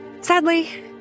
Sadly